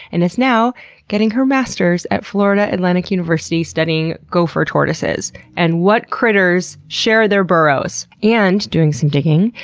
and is now getting her master's at florida atlantic university studying gopher tortoises and what critters share their burrows. and, doing some digging,